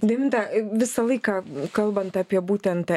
deiminta visą laiką kalbant apie būtent